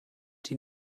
die